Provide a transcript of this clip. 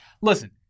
listen